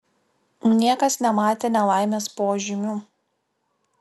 niekas nematė nelaimės požymių